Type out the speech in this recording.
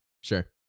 sure